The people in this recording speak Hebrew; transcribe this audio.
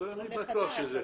כעולה חדש.